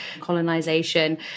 colonization